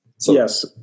Yes